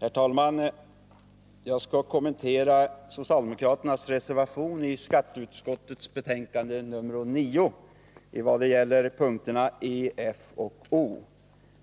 Herr talman! Jag skall kommentera socialdemokraternas reservation i skatteutskottets betänkande nr 9 när det gäller punkterna e, f och o.